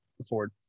afford